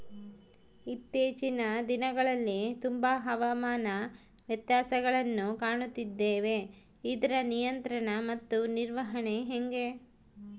ಇತ್ತೇಚಿನ ದಿನಗಳಲ್ಲಿ ತುಂಬಾ ಹವಾಮಾನ ವ್ಯತ್ಯಾಸಗಳನ್ನು ಕಾಣುತ್ತಿದ್ದೇವೆ ಇದರ ನಿಯಂತ್ರಣ ಮತ್ತು ನಿರ್ವಹಣೆ ಹೆಂಗೆ?